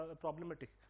problematic